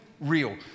real